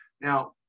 now